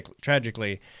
tragically